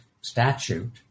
statute